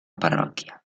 parròquia